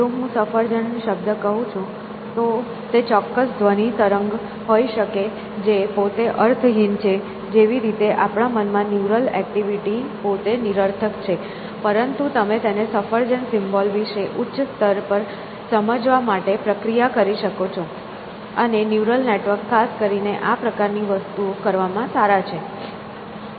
જો હું સફરજન શબ્દ કહું છું તો તે ચોક્કસ ધ્વનિ તરંગ હોઈ શકે છે જે પોતે અર્થહીન છે જેવી રીતે આપણા મન માં ન્યુરલ એક્ટિવિટી પોતે નિરર્થક છે પરંતુ તમે તેને સફરજન સિમ્બોલ વિશે ઉચ્ચ સ્તર પર સમજવા માટે પ્રક્રિયા કરી શકો છો અને ન્યુરલ નેટવર્ક ખાસ કરીને આ પ્રકારની વસ્તુઓ કરવામાં સારા છે